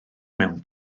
mewn